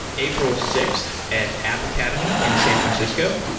april sixth at app academy in san francisco.